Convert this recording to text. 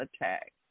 attack